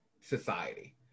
society